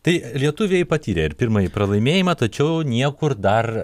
tai lietuviai patyrė ir pirmąjį pralaimėjimą tačiau niekur dar